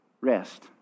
rest